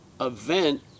event